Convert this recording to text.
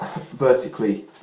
vertically